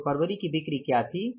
तो फरवरी की बिक्री क्या थी